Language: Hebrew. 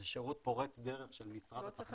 זה שירות פורץ דרך של משרד התחבורה.